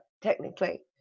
technically